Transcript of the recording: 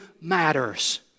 matters